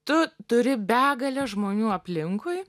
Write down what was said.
tu turi begalę žmonių aplinkui